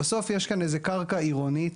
בסוף יש כאן איזה קרקע עירונית,